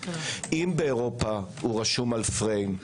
אם באירופה הוא רשום על פריים,